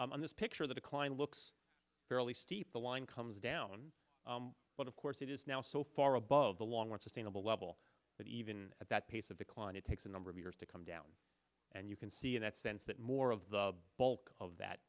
in this picture the decline looks fairly steep the line comes down but of course it is now so far above the long unsustainable level that even at that pace of decline it takes a number of years to come down and you can see in that sense that more of the bulk of that